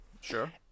sure